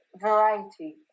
variety